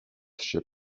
się